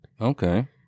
Okay